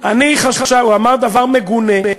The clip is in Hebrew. הוא אמר דבר מגונה.